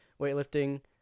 weightlifting